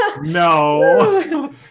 No